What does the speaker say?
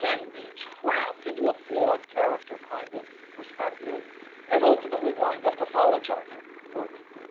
can be trapped into a flawed character kind of perspective and ultimately wind up apologizing for people.